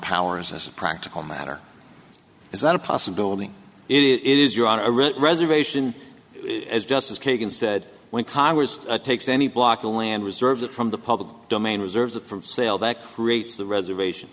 powers as a practical matter is that a possibility it is you're on a ridge reservation as justice kagan said when congress takes any block of land reserve that from the public domain reserves for sale that creates the reservation